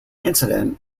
incident